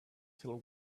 till